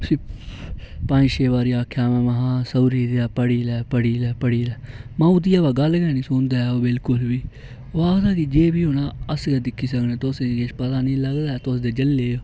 उस्सी पंज छे बारी आखेआ में महां सौह्री देआ पढ़ी लै पढ़ी लै पढ़ी लै माऊ दी यवा गल्ल गै निं सुनदा ओह् बिलकुल बी ओह् आखदा कि जे बी होना अस गै दिक्खी सकने तुसें गी किश पता निं लगदा ऐ तुस ते जल्ले ओ